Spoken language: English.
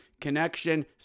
connection